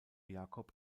jakob